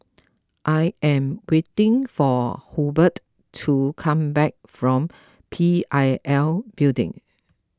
I am waiting for Hobert to come back from P I L Building